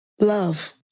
Love